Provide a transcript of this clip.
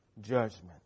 judgment